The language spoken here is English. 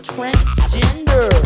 Transgender